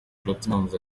platnumz